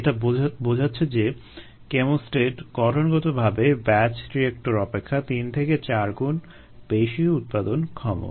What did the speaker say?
এটা বোঝাচ্ছে যে কেমোস্ট্যাট গঠনগতভাবেই ব্যাচ রিয়েক্টর অপেক্ষা তিন থেকে চার গুণ বেশি উৎপাদনক্ষম